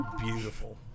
beautiful